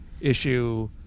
issue